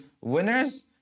winners